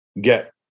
get